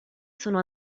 sono